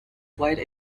quite